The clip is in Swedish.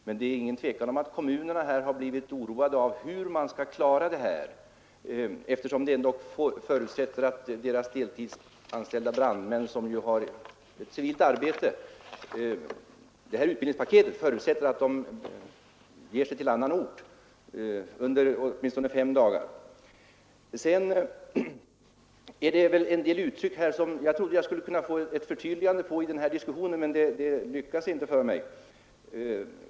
Men det är ingen tvekan om att kommunerna har blivit oroade över hur de skall klara det hela, eftersom utbildningspaketet förutsätter att de deltidsanställda brandmännen, som ofta har ett civilt arbete, måste bege sig till annan ort under åtminstone fem dagar. Jag hoppades att jag i den här diskussionen skulle kunna få ett förtydligande av utbildningsförslagets innebörd, men det har jag inte fått.